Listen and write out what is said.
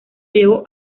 llegó